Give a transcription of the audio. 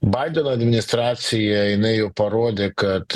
baideno administracija jinai jau parodė kad